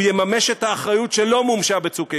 הוא יממש את האחריות שלא מומשה ב"צוק איתן",